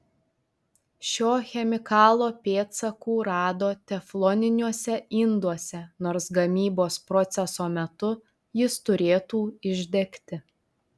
šio chemikalo pėdsakų rado tefloniniuose induose nors gamybos proceso metu jis turėtų išdegti